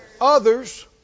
Others